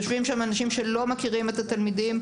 יושבים שם אנשים שלא מכירים את התלמידים.